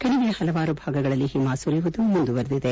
ಕಣಿವೆಯ ಪಲವಾರು ಭಾಗಗಳಲ್ಲಿ ಹಿಮ ಸುರಿಯುವುದು ಮುಂದುವರಿದಿದೆ